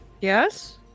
Yes